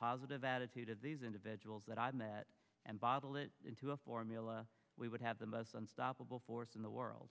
positive attitude of these individuals that i've met and bottle it into a formula we would have the most unstoppable force in the world